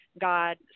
God